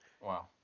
Wow